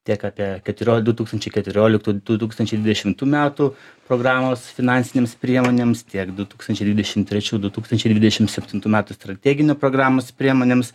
tiek apie keturio du tūkstančiai keturioliktų du tūkstančiai dvidešimtų metų programos finansinėms priemonėms tiek du tūkstančiai dvidešim trečių du tūkstančiai dvidešim septintų metų strateginių programos priemonėms